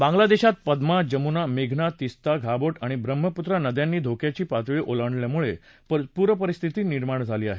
बांगलादेशात पद्या जमुना मेघना तिसता घाबोट आणि ब्रम्हपुत्रा नद्यांनी धोक्याची पातळी ओलांडल्यामुळे पूरस्थिती निर्माण झाली आहे